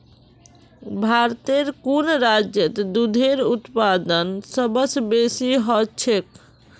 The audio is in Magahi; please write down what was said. भारतेर कुन राज्यत दूधेर उत्पादन सबस बेसी ह छेक